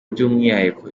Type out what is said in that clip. by’umwihariko